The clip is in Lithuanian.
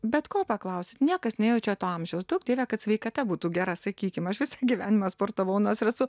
bet ko paklausit niekas nejaučia to amžiaus duok dieve kad sveikata būtų gera sakykim aš visą gyvenimą sportavau nors ir esu